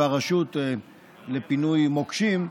אותה רשות לפינוי מוקשים,